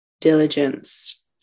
diligence